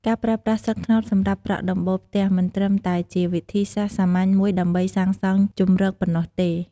ការប្រើប្រាស់ស្លឹកត្នោតសម្រាប់ប្រក់ដំបូលផ្ទះមិនត្រឹមតែជាវិធីសាស្ត្រសាមញ្ញមួយដើម្បីសាងសង់ជម្រកប៉ុណ្ណោះទេ។